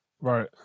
Right